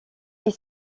ils